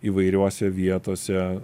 įvairiose vietose